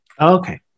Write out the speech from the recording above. Okay